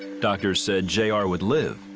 doctors said j r. would live,